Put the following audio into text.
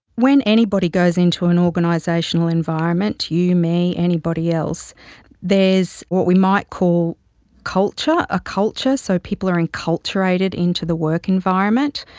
when anybody goes into an organisational environment you, me, anybody else there's what we might call culture, a culture, so people are enculturated into the work environment,